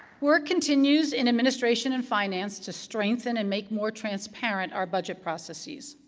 work continues in administration and finance to strengthen and make more transparent our budget processes.